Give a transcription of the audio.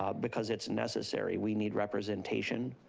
um because it's necessary, we need representation,